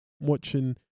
watching